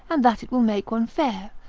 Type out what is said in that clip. and that it will make one fair,